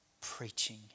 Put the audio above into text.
preaching